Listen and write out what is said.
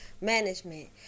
management